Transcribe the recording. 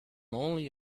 only